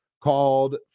called